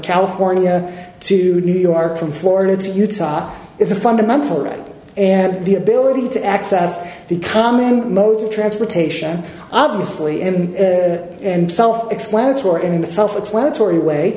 california to new york from florida to utah is a fundamental right and the ability to access the common mode of transportation obviously in and self explanatory in a self explanatory way